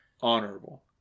Honorable